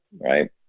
right